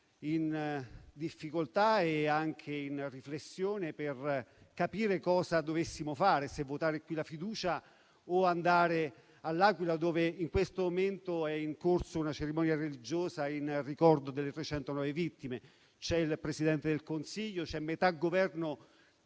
in difficoltà e stavamo riflettendo su cosa dovessimo fare, se votare qui la fiducia o andare all'Aquila, dove in questo momento è in corso una cerimonia religiosa in ricordo delle 309 vittime del terremoto. Il Presidente del Consiglio e metà Governo